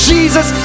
Jesus